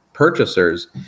purchasers